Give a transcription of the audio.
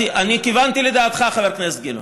אני כיוונתי לדעתך, חבר הכנסת גילאון.